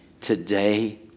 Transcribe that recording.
today